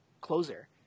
closer